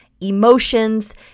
emotions